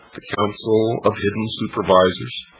the council of hidden supervisors